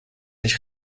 nicht